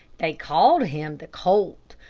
they called him the colt,